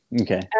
Okay